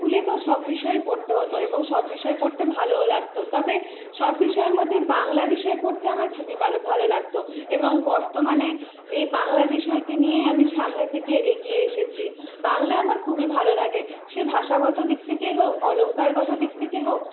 স্কুলে তো সব বিষয়ই পড়তে হতো এবং সব বিষয় পড়তে ভালোও লাগতো তবে সব বিষয়ের মধ্যে বাংলা বিষয় পড়তে আমার খুবই বালো ভালো লাগতো এবং বর্তমানে এই বাংলা বিষয়কে নিয়েই আমি সামনের দিকে এগিয়ে এসেছি বাংলা আমার খুবই ভালো লাগে সে ভাষাগত দিক থেকেই হোক অলংকারগত দিক থেকেই হোক